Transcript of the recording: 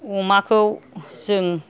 अमाखौ जों